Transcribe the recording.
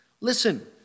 listen